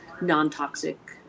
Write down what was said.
non-toxic